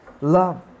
Love